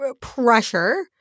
pressure